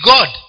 God